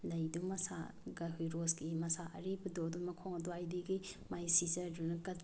ꯂꯩꯗꯨ ꯃꯁꯥꯒ ꯑꯩꯈꯣꯏ ꯔꯣꯖꯀꯤ ꯃꯁꯥ ꯑꯔꯤꯕꯗꯣ ꯑꯗꯨ ꯃꯈꯣꯡ ꯑꯗꯨꯋꯥꯏꯗꯒꯤ ꯃꯥꯏ ꯁꯤꯖꯔꯗꯨꯅ ꯀꯠ